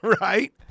Right